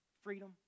freedom